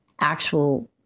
actual